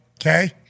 okay